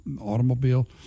automobile